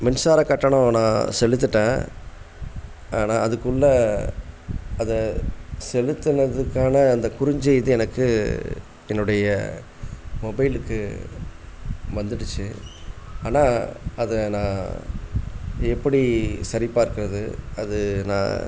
மின்சாரக் கட்டணம் நான் செலுத்திவிட்டேன் ஆனால் அதுக்குள்ளே அதி செலுத்தினதுக்கான அந்த குறுஞ்செய்தி எனக்கு என்னுடைய மொபைலுக்கு வந்துடுச்சு ஆனால் அதை நான் எப்படி சரிபார்க்கிறது அது நான்